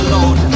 Lord